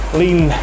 lean